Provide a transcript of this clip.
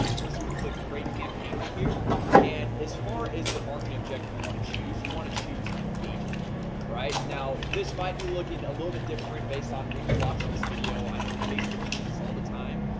we're so gonna click create campaign right here and as far as the marketing objective you want to choose you want to choose engagement all right now this might be looking a little bit different based on when you're watching this video i know facebook changes all the time,